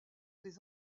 des